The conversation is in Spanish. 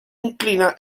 inclina